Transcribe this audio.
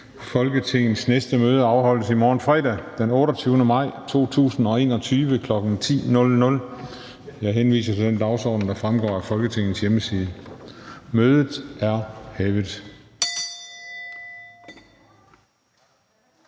Folketingets næste møde afholdes i morgen, fredag den 28. maj 2021, kl. 10.00. Jeg henviser til den dagsorden, der fremgår af Folketingets hjemmeside. Mødet er hævet.